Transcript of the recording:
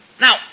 Now